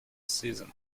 season